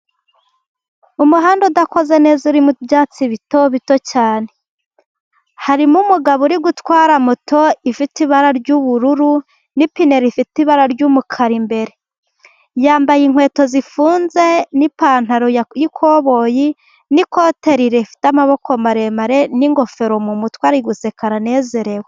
Umuhanda udakoze neza urimo ibyatsi bito bito, hari umugabo uri gutwara moto ifite ibara ry'ubururu n'ipine rifite ibara ry'umukara imbere, yambaye inkweto zifunze n'ipantaro yayikoboyi, n'ikote rifite amaboko maremare, n'ingofero mu mutwe ari guseka aranezerewe.